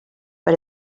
but